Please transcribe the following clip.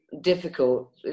difficult